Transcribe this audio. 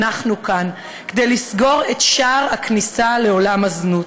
אני כאן כדי לסגור את שער הכניסה למעגל הזנות.